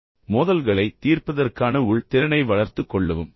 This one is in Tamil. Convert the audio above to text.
பின்னர் மோதல்களைத் தீர்ப்பதற்கான உள் திறனை வளர்த்துக் கொள்ள முயற்சிக்கவும்